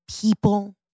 people